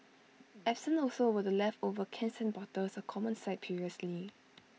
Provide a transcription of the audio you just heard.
absent also were the leftover cans and bottles A common sight previously